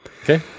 Okay